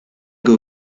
que